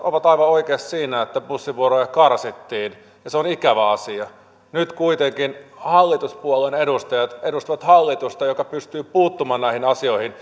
ovat aivan oikeassa siinä että bussivuoroja karsittiin ja se on ikävä asia nyt kuitenkin hallituspuolueiden edustajat edustavat hallitusta joka pystyy puuttumaan näihin asioihin